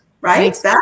right